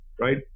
right